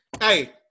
hey